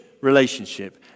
relationship